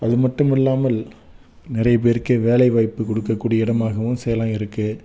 அது மட்டும் இல்லாமல் நிறைய பேருக்கே வேலை வாய்ப்பு கொடுக்கக்கூடிய இடமாகவும் சேலம் இருக்கு